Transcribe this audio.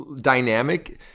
dynamic